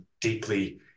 deeply